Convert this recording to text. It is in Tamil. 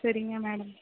சரிங்க மேடம்